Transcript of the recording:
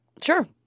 Sure